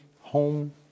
home